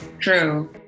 True